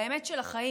באמת של החיים,